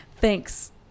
thanks